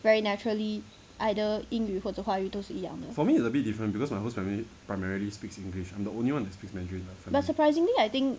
very naturally either 英语或者华语都是一样的 but surprisingly I think